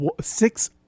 Six